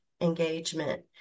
engagement